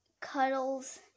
cuddles